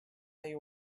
they